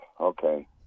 Okay